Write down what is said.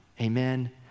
Amen